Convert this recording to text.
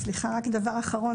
סליחה, רק דבר אחרון.